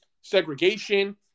segregation